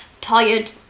tired